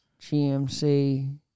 GMC